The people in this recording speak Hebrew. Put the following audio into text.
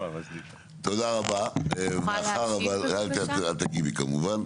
תודה רבה את תגיבי כמובן,